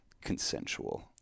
consensual